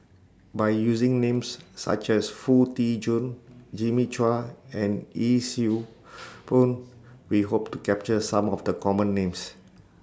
By using Names such as Foo Tee Jun Jimmy Chua and Yee Siew Pun We Hope to capture Some of The Common Names